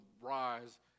rise